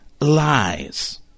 lies